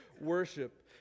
worship